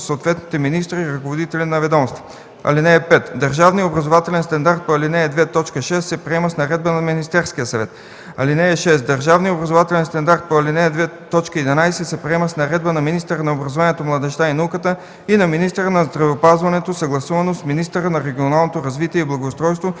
(5) Държавният образователен стандарт по ал. 2, т. 6 се приема с наредба на Министерския съвет. (6) Държавният образователен стандарт по ал. 2, т. 11 се приема с наредба на министъра на образованието, младежта и науката и на министъра на здравеопазването съгласувано с министъра на регионалното развитие и благоустройството,